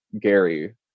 Gary